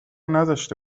نذاشته